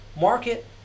market